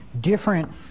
different